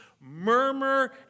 murmur